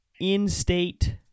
in-state